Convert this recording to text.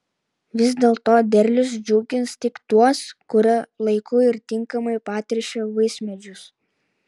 vis dėlto derlius džiugins tik tuos kurie laiku ir tinkamai patręšė vaismedžius